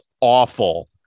awful